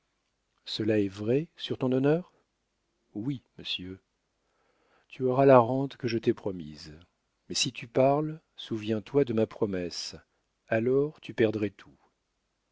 cela est vrai sur ton honneur oui monsieur tu auras la rente que je t'ai promise mais si tu parles souviens-toi de ma promesse alors tu perdrais tout